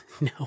No